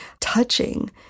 touching